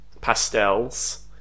pastels